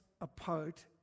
apart